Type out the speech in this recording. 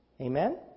Amen